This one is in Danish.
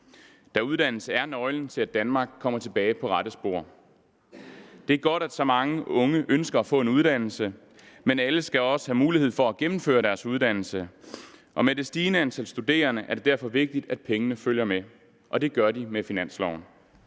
da uddannelse er nøglen til, at Danmark kommer tilbage på rette spor. Det er godt, at så mange unge ønsker at få en uddannelse, men alle skal også have mulighed for at gennemføre deres uddannelse. Med det stigende antal studerende er det derfor vigtigt, at pengene følger med, og det gør de med finansloven.